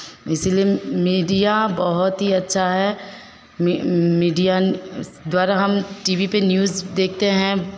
इसलिए म मीडिया बहुत ही अच्छा है मि मीडिया द्वारा हम टी वी पे न्यूज़ देखते हैं